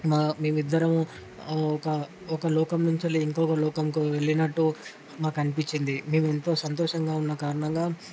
మేము ఇద్దరం ఒక లోకం నుంచి ఇంకోక లోకంకు వెళ్ళినట్టు మాకు అనిపించింది మేము ఎంతో సంతోషంగా ఉన్న కారణంగా